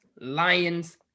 Lions